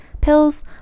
pills